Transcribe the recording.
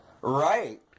Right